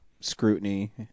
scrutiny